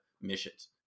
missions